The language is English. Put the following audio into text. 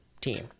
team